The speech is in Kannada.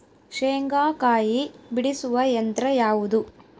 ಶೇಂಗಾಕಾಯಿ ಬಿಡಿಸುವ ಯಂತ್ರ ಯಾವುದು?